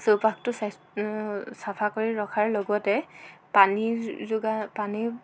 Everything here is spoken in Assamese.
চৌপাশতো স্বা চফা কৰি ৰখাৰ লগতে পানীৰ যোগা পানী